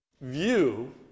view